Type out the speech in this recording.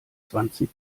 zwanzig